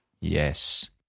Yes